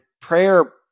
prayer